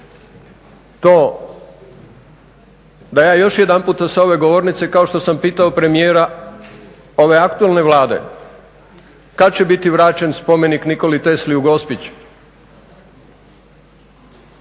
to da ja još jedan puta sa ove govornice kao što sam pitao premijera ove aktualne Vlade kad će biti vraćen spomenik Nikoli Tesli u Gospić.